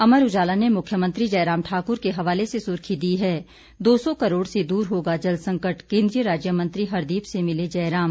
अमर उजाला ने मुख्यमंत्री जयराम ठाकुर के हवाले से सुर्खी दी है दो सौ करोड़ से दूर होगा जलसंकट केंद्रीय राज्य मंत्री हरदीप से मिले जयराम